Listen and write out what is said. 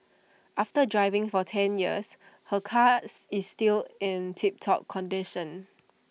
after driving for ten years her cars is still in tip top condition